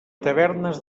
tavernes